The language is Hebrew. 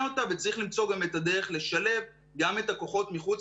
אותה וצריך למצוא את הדרך לשלב גם את הכוחות מחוץ